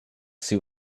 suit